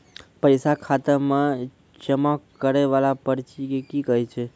पैसा खाता मे जमा करैय वाला पर्ची के की कहेय छै?